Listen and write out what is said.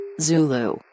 Zulu